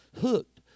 hooked